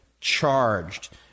charged